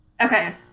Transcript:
Okay